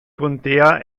contea